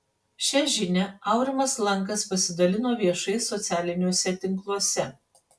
šią žinią aurimas lankas pasidalino viešai socialiniuose tinkluose